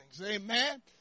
amen